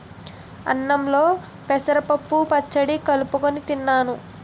అన్నంలో పెసరపప్పు పచ్చడి కలుపుకొని తిన్నాను